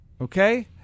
okay